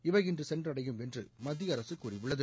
இவை இன்று சென்றடையும் என்று மத்திய அரசு கூறியுள்ளது